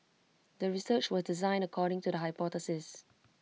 the research was designed according to the hypothesis